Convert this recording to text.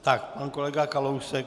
Pan kolega Kalousek.